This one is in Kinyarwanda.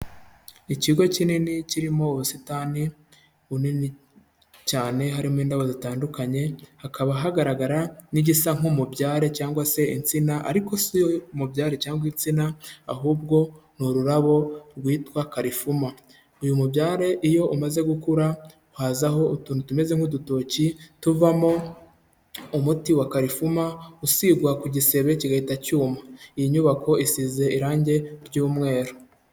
Ikigo kinini kirimo ubusitani bunini cyane harimo indabo zitandukanye, hakaba hagaragara n'igisa nk'umubyare cyangwa se insina ariko si umubyare cyangwa igitsina ahubwo ni ururabo rwitwa karifuma. Uyu mubyare iyo umaze gukura hazaho utuntu tumeze nk'udutoki tuvamo umuti wa karifuma usigwa ku gisebe kigahita cyuma. Iyi nyubako isize irangi ry'umweru.